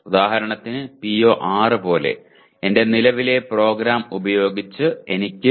ഉദാഹരണത്തിന് PO6 പോലെ എന്റെ നിലവിലെ പ്രോഗ്രാം ഉപയോഗിച്ച് എനിക്ക് 0